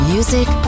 Music